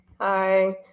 Hi